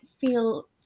feel